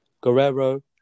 Guerrero